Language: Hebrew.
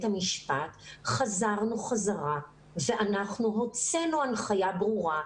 המשפט חזרנו חזרה ואנחנו הוצאנו הנחיה ברורה,